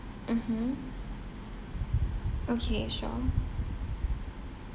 mmhmm okay sure